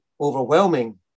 overwhelming